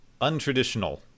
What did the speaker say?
untraditional